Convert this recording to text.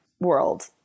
world